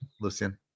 Lucien